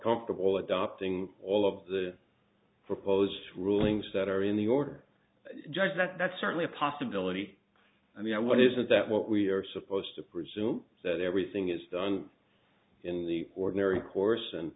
comfortable adopting all of the proposed rulings that are in the order judge that that's certainly a possibility i mean what is that what we are supposed to presume that everything is done in the ordinary course and